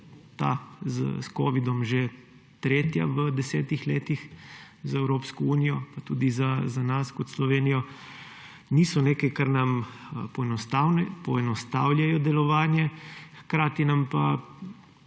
ta s covidom že tretja v 10 letih za Evropsko unijo, pa tudi za nas kot Slovenijo – niso nekaj, kar nam poenostavlja delovanje, hkrati nam pa